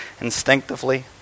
instinctively